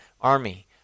army